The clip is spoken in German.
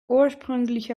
ursprüngliche